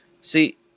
See